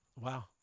Wow